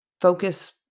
focus